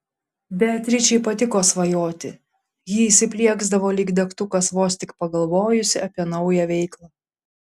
beatričei patiko svajoti ji įsiplieksdavo lyg degtukas vos tik pagalvojusi apie naują veiklą